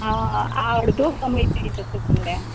હા આ અડધો સમય થઈ જશે તમને